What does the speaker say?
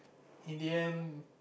in the end